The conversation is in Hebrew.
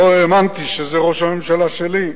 לא האמנתי שזה ראש הממשלה שלי.